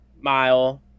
mile